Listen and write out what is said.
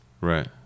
Right